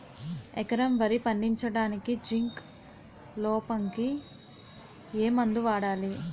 ఎకరం వరి పండించటానికి జింక్ లోపంకి ఏ మందు వాడాలి?